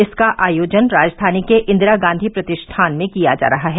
इसका आयोजन राजधानी के इंदिरा गांधी प्रतिष्ठान में किया जा रहा है